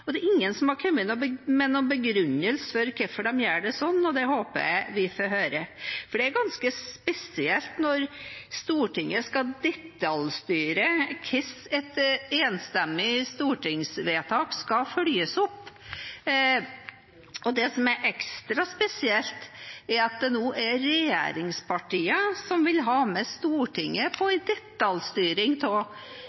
Det er ingen som har kommet med noen begrunnelse for hvorfor de gjør det slik, og det håper jeg vi får høre, for det er ganske spesielt når Stortinget skal detaljstyre hvordan et enstemmig stortingsvedtak skal følges opp. Det som er ekstra spesielt, er at det nå er regjeringspartiene som vil ha med Stortinget på